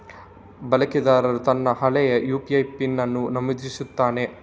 ಬಳಕೆದಾರನು ತನ್ನ ಹಳೆಯ ಯು.ಪಿ.ಐ ಪಿನ್ ಅನ್ನು ನಮೂದಿಸುತ್ತಾನೆ